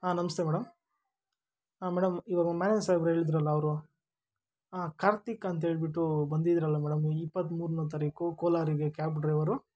ಆಂ ನಮಸ್ತೆ ಮೇಡಮ್ ಆಂ ಮೇಡಮ್ ಇವಾಗ ಮ್ಯಾನೇಜ್ ಸಾಹೇಬರು ಹೇಳಿದರಲ್ಲ ಅವರು ಆಂ ಕಾರ್ತಿಕ್ ಅಂತೇಳ್ಬಿಟ್ಟು ಬಂದಿದ್ದರಲ್ಲ ಮೇಡಮ್ ಇಪ್ಪತ್ತಮೂರನೇ ತಾರೀಕು ಕೋಲಾರಿಗೆ ಕ್ಯಾಬ್ ಡ್ರೈವರು